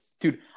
dude